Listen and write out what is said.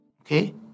Okay